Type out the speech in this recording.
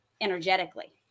energetically